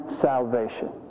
salvation